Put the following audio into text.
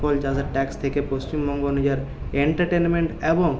ফল যা যা ট্যাক্স থেকে পশ্চিমবঙ্গ নিজের এন্টারটেনমেন্ট এবং